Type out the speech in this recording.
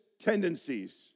tendencies